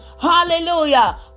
Hallelujah